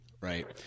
Right